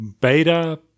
beta